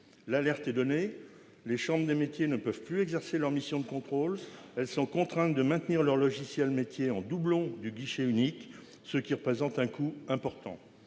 L'alerte est donnée, les chambres des métiers et de l'artisanat ne peuvent plus exercer leurs missions de contrôle. Elles sont contraintes de maintenir leurs logiciels métiers en doublon du guichet unique, ce qui représente un coût important.